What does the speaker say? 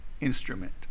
instrument